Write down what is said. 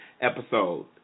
episode